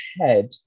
head